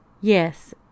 Yes